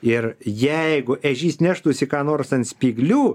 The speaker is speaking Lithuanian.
ir jeigu ežys neštųsi ką nors ant spyglių